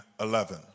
eleven